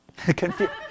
Confused